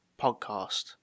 podcast